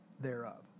thereof